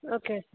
okay sir